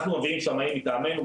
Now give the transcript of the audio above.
אנחנו מביאים שמאים מטעמנו,